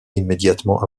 immédiatement